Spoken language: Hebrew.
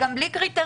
וגם בלי קריטריונים.